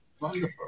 Wonderful